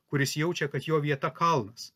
kuris jaučia kad jo vieta kalnas